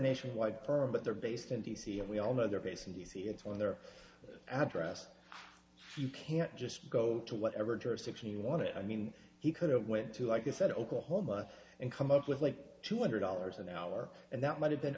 nationwide perm but they're based in d c and we all know their place in d c it's on their address you can't just go to whatever jurisdiction you want to i mean he could've went to like you said oklahoma and come up with like two hundred dollars an hour and that might have been